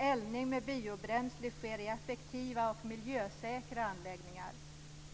Eldning med biobränsle sker i effektiva och miljösäkra anläggningar.